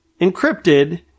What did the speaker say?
encrypted